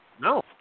No